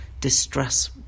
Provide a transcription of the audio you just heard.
distress